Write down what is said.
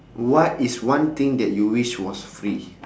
what is one thing that you wish was free